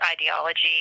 ideology